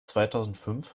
zweitausendfünf